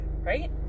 Right